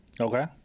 Okay